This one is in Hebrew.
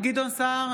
גדעון סער,